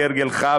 כהרגלך,